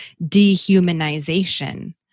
dehumanization